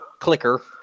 Clicker